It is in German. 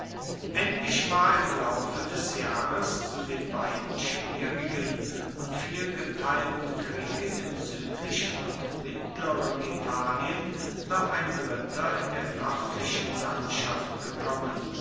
endlich war im laufe des jahres zu den beiden schwierigen und vielgeteilten kriegen im südlichen und mittleren italien noch ein dritter in der nördlichen landschaft gekommen